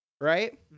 Right